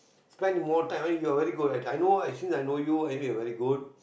spend more time ah you are very good I know I since I know you I know you are very good